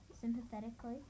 sympathetically